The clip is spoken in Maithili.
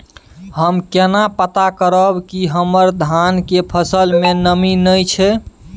हम केना पता करब की हमर धान के फसल में नमी नय छै?